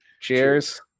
Cheers